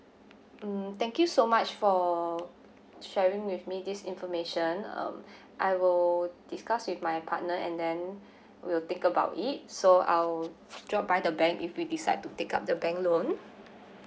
mm thank you so much for sharing with me this information um I will discuss with my partner and then we'll think about it so I'll drop by the bank if we decide to take up the bank loan